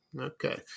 Okay